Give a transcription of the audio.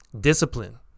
Discipline